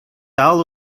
дал